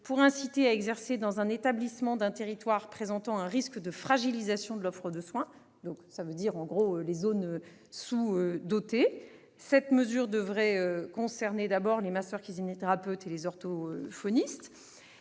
pour inciter à exercer dans un établissement d'un territoire présentant un risque de fragilisation de l'offre de soins, c'est-à-dire dans les zones sous-dotées. Cette mesure devrait d'abord concerner les masseurs-kinésithérapeutes et les orthophonistes.